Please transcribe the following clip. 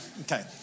Okay